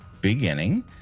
beginning